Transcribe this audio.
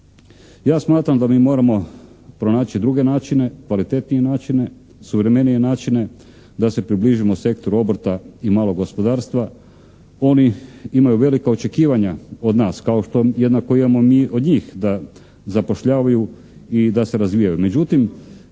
Ja smatram da mi moramo pronaći druge načine, kvalitetnije načine, suvremenije načine da se približimo sektoru obrta i malog gospodarstva. Oni imaju velika očekivanja od nas kao što jednako imamo mi od njih da zapošljavaju i da se razvijaju.